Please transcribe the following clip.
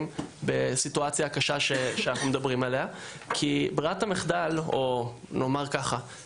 בסיטואציה הקשה עליה אנחנו מדברים כי ברירת המחדל או ככלל